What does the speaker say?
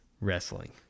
wrestling